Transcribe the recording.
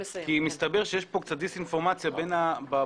מסתבר שיש כאן קצת אי דיס-אינפורמציה באוצר,